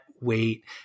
wait